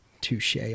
Touche